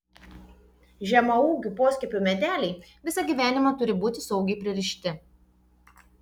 žemaūgių poskiepių medeliai visą gyvenimą turi būti saugiai pririšti